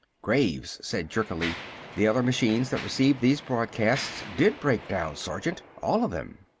graves said jerkily the other machines that received these broadcasts did break down, sergeant. all of them.